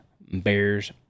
Bears